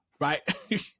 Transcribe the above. Right